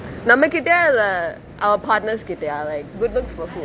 நம்மே கிட்டையா இல்லே:namme kittaiyaa illae our partners கிட்டையா:kittaiyaa like good looks for who